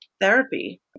therapy